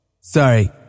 Sorry